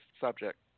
subject